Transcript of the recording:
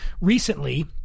recently